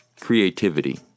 creativity